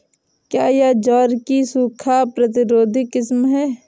क्या यह ज्वार की सूखा प्रतिरोधी किस्म है?